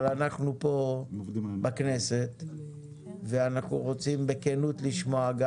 אבל אנחנו כאן בכנסת ואנחנו רוצים בכנות לשמוע.